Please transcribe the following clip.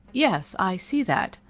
yes, i see that,